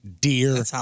Dear